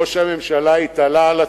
ראש הממשלה התעלה על עצמו,